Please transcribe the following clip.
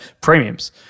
premiums